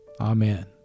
Amen